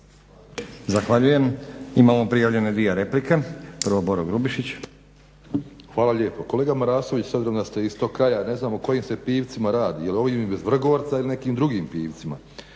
Zahvaljujem. Imamo prijavljene dvije replike, prvo Boro Grubišić. **Grubišić, Boro (HDSSB)** Hvala lijepo. Kolega Marasović, obzirom da ste iz ovog kraja ne znamo o kojim se pivcima radi, jer ovim iz Vrgorca ili nekim drugim pivcima.